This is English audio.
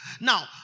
Now